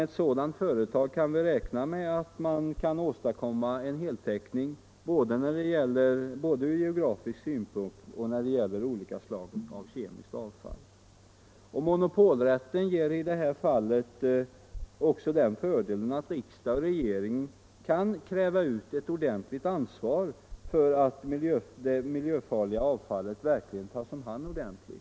Ett sådant företag kan också beräknas åstadkomma en heltäckning både ur geografisk synpunkt och när det gäller olika slag av kemiskt avfall. Monopolrätten ger i detta fall också den fördelen att riksdag och regering verkligen kan kräva ut ett ansvar för att det miljöfarliga avfallet tas om hand ordentligt.